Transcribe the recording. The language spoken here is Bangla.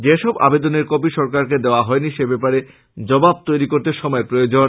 যেসব আবেদনের কপি সরকারকে দেওয়া হয়নি সেব্যাপারের জবাব তৈরী করতে সময়ের প্রয়োজন